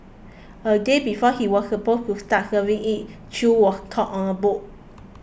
a day before he was supposed to start serving it Chew was caught on a boat